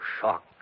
shock